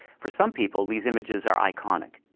for some people, these images are iconic.